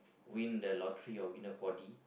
win the lottery or win the four D